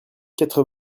quatre